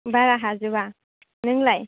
बारा हाजोबा नोंलाय